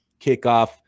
kickoff